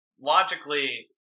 logically